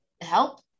help